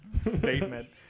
statement